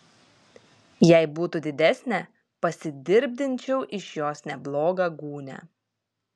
jei būtų didesnė pasidirbdinčiau iš jos neblogą gūnią